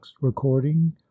recording